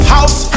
House